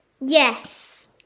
Yes